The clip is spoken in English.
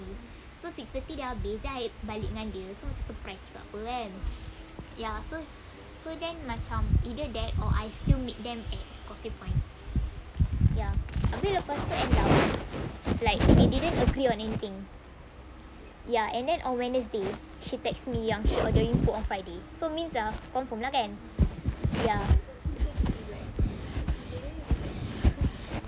so six thirty dah habis then I balik dengan dia so macam surprise juga apa kan ya so so then macam either that or I still meet them at causeway point ya habis lepas tu end up like we didn't agree on anything ya and then on wednesday she text me yang she ordering food on friday so means dah confirm lah kan ya